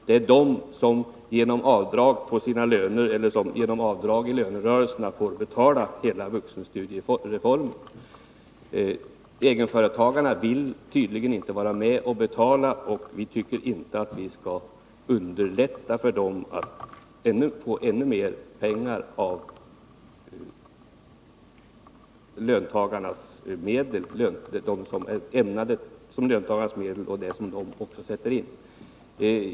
Det är medlemmarna som genom avdrag på sina löner betalar hela vuxenstudiereformen. Egenföretagarna vill tydligen inte vara med och betala. Då tycker vi inte att vi skall underlätta för dem att få pengar av löntagarnas medel.